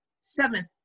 seventh